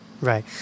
right